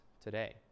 today